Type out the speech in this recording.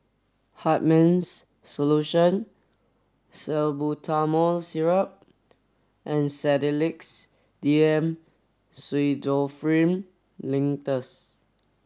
Hartman's Solution Salbutamol Syrup and Sedilix D M Pseudoephrine Linctus